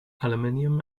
aluminium